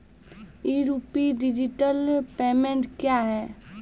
ई rupee digital payment क्या हैं?